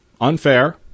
unfair